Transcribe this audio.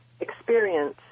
experience